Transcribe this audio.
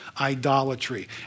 idolatry